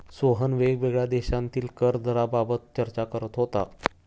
सोहन वेगवेगळ्या देशांतील कर दराबाबत चर्चा करत होता